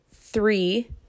three